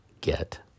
get